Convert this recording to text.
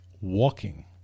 walking